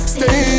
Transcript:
Stay